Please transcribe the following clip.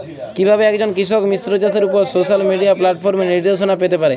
কিভাবে একজন কৃষক মিশ্র চাষের উপর সোশ্যাল মিডিয়া প্ল্যাটফর্মে নির্দেশনা পেতে পারে?